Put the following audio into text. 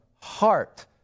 heart